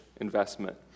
investment